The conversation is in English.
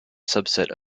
subset